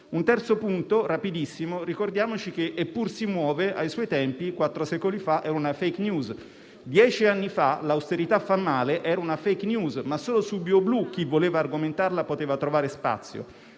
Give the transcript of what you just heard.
Un terzo punto rapidissimo: ricordiamoci che «Eppur si muove», ai suoi tempi, quattro secoli fa, era una *fake news*. Dieci anni fa «l'austerità fa male» era una *fake news*, ma solo su ByoBlu chi voleva argomentarla poteva trovare spazio